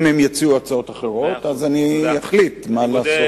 אם הם יציעו הצעות אחרות, אז אני אחליט מה נעשה.